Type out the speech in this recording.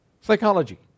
Psychology